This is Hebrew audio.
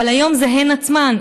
אבל היום זה הן עצמן,